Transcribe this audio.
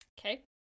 Okay